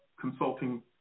consulting